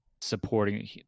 supporting